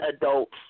adults